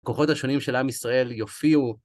כוחות השונים של עם ישראל יופיעו.